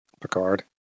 Picard